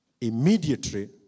immediately